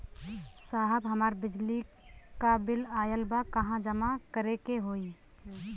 साहब हमार बिजली क बिल ऑयल बा कहाँ जमा करेके होइ?